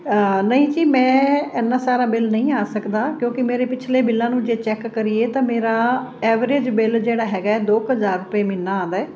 ਨਹੀਂ ਜੀ ਮੈਂ ਇਨ੍ਹਾਂ ਸਾਰਾ ਬਿੱਲ ਨਹੀਂ ਆ ਸਕਦਾ ਕਿਉਂਕਿ ਮੇਰੇ ਪਿਛਲੇ ਬਿੱਲਾਂ ਨੂੰ ਜੇ ਚੈੱਕ ਕਰੀਏ ਤਾਂ ਮੇਰਾ ਐਵਰੇਜ ਬਿੱਲ ਜਿਹੜਾ ਹੈਗਾ ਦੋ ਕੁ ਹਜ਼ਾਰ ਰੁਪਏ ਮਹੀਨਾ ਆਉਂਦਾ ਏ